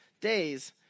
days